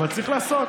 אבל צריך לעשות.